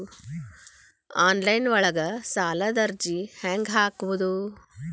Online ಒಳಗ ಸಾಲದ ಅರ್ಜಿ ಹೆಂಗ್ ಹಾಕುವುದು?